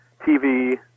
TV